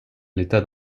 l’état